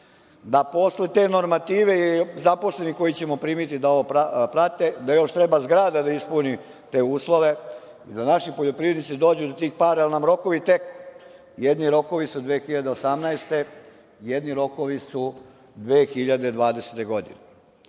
da posle te normative i zaposlenih koje ćemo primiti da ovo prate, da još treba zgrada da ispuni te uslove i da naši poljoprivrednici dođu do tih para, jer nam rokovi tek, jedni rokovi su od 2018, jedni rokovi su 2020. godine. Da